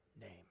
name